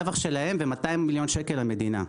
רווח שלהם ו-200 מיליון שקל למדינה.